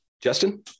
Justin